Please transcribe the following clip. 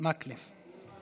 תודה